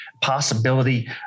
possibility